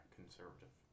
conservative